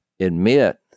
admit